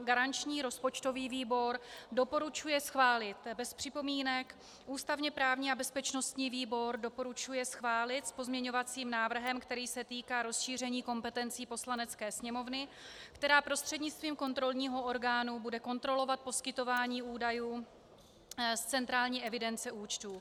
Garanční rozpočtový výbor doporučuje schválit bez připomínek, ústavněprávní a bezpečnostní výbor doporučují schválit s pozměňovacím návrhem, který se týká rozšíření kompetencí Poslanecké sněmovny, která prostřednictvím kontrolního orgánu bude kontrolovat poskytování údajů z centrální evidence účtů.